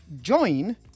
Join